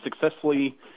successfully